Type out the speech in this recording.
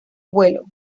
vuelo